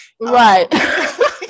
Right